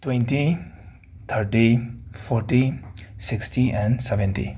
twenty thirty forty sixty and seventy